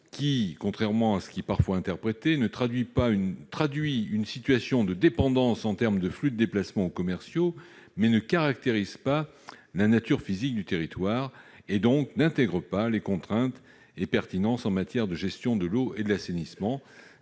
qui, contrairement à ce qui est parfois interprété, traduit une situation de dépendance en termes de flux de déplacements commerciaux, mais ne caractérise pas la nature physique du territoire, et donc n'intègre pas les contraintes et les facteurs de pertinence en matière de gestion de l'eau et de l'assainissement.